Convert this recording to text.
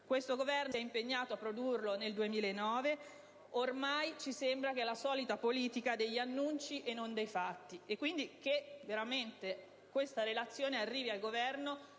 Questo Governo si è impegnato a presentarlo nel 2009: ormai ci sembra la solita politica degli annunci e non dei fatti. Allora, che veramente questa relazione arrivi al Governo